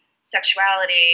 sexuality